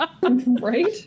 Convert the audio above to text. Right